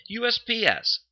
USPS